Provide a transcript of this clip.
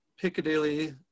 Piccadilly